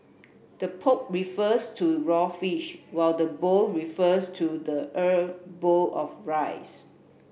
the poke refers to raw fish while the bowl refers to the er bowl of rice